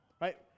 right